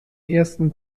ersten